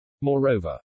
Moreover